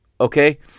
okay